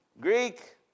greek